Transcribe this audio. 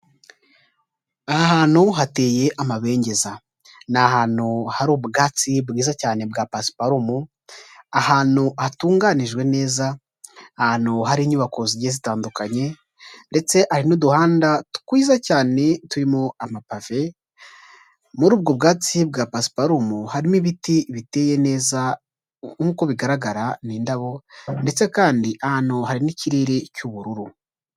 Ahantu hateye amabengeza, ni ahantu hari ubwatsi bwiza cyane bwa pasiparumu, ahantu hatunganijwe neza, ahantu hari inyubako zigiye zitandukanye ndetse hari n'uduhanda twiza cyane turimo amapave, muri ubwo bwatsi bwa pasiparumu, harimo ibiti biteye neza nk'uko bigaragara ni indabo ndetse kandi ahantu hari n'ikirere cy'ubururu.